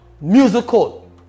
musical